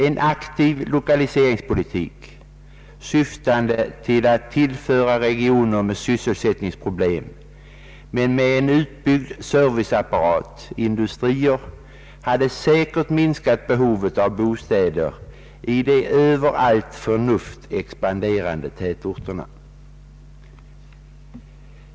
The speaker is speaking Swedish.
En aktiv lokaliseringspolitik, syftande till att regioner med sysselsättningsproblem, men med en utbyggd serviceapparat, skall tillföras industrier, hade säkerligen minskat behovet av bostäder i de över allt förnuft expanderande tätortsregionerna.